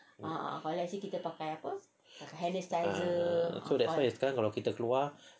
ah so that's why kalau kita keluar